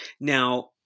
Now